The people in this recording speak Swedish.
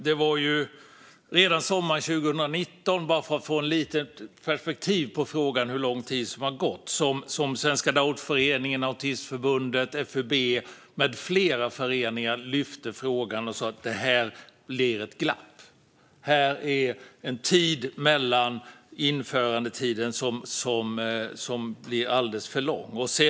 Bara för att få lite perspektiv på hur lång tid som har gått kan jag berätta att Svenska Downföreningen, Autism och Aspergerförbundet, Riksförbundet FUB och fler föreningar redan sommaren 2019 lyfte upp frågan och sa: Det blir ett glapp under införandetiden som blir alldeles för långt.